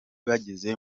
bageze